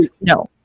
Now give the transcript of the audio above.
No